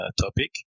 topic